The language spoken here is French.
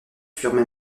furent